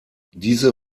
diese